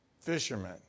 fishermen